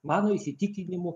mano įsitikinimu